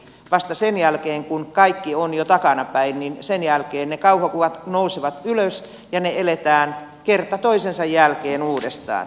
vasta sen jälkeen kun kaikki on jo takanapäin ne kauhukuvat nousevat ylös ja ne eletään kerta toisensa jälkeen uudestaan